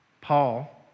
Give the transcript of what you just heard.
Paul